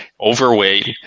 overweight